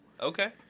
Okay